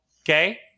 Okay